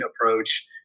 approach